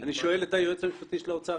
אני שואל את היועץ המשפטי של האוצר,